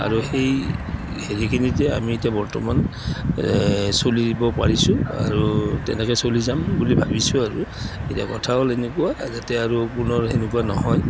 আৰু সেই হেৰিখিনিতে আমি এতিয়া বৰ্তমান চলিব পাৰিছোঁ আৰু তেনেকে চলি যাম বুলি ভাবিছোঁ আৰু এতিয়া কথা হ'ল এনেকুৱা যাতে আৰু পুনৰ সেনেকুৱা নহয়